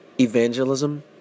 evangelism